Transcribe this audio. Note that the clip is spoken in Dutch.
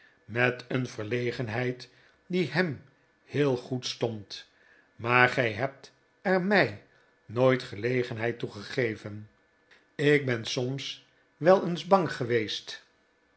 met een verlegenheid die hem heel goed stond maar gij hebt er mij nooit gelegenheid toe gegeven ik ben soms wel eens bang geweest